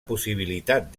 possibilitat